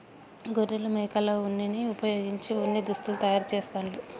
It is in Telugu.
గొర్రెలు మేకల ఉన్నిని వుపయోగించి ఉన్ని దుస్తులు తయారు చేస్తాండ్లు